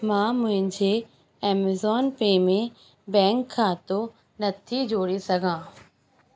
मां मुंहिंजे Amazon Pay में बैंक खातो नथी जोड़े सघां